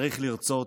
צריך לרצות,